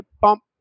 bump